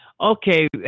Okay